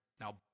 Now